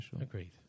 agreed